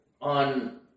on